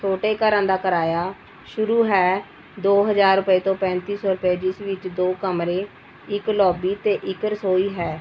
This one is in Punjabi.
ਛੋਟੇ ਘਰਾਂ ਦਾ ਕਿਰਾਇਆ ਸ਼ੁਰੂ ਹੈ ਦੋ ਹਜ਼ਾਰ ਰੁਪਏ ਤੋਂ ਪੈਂਤੀ ਸੌ ਰੁਪਏ ਜਿਸ ਵਿੱਚ ਦੋ ਕਮਰੇ ਇੱਕ ਲੌਬੀ ਅਤੇ ਇੱਕ ਰਸੋਈ ਹੈ